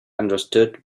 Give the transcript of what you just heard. understood